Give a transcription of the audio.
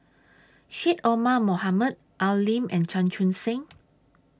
Syed Omar Mohamed Al Lim and Chan Chun Sing